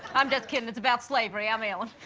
i'm just kiddin'. it's about slavery. i'm ellen.